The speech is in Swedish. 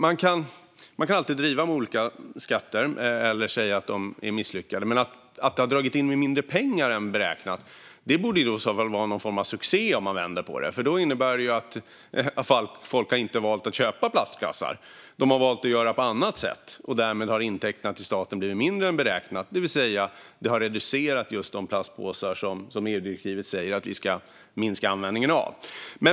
Man kan alltid driva med olika skatter eller säga att de är misslyckade, men att detta har dragit in mindre pengar än beräknat borde ju vara någon form av succé, om man vänder på det. Det innebär i så fall att folk har valt att inte köpa plastkassar utan göra på annat sätt, och därmed har intäkterna till staten blivit mindre än beräknat. Skatten har alltså reducerat användningen av just de plastpåsar som EU-direktivet säger att vi ska minska användningen av.